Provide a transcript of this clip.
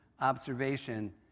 observation